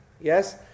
Yes